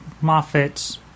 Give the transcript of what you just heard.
Moffat's